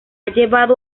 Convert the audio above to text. llevado